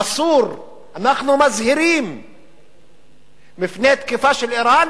אסור, אנחנו מזהירים מפני תקיפה של אירן,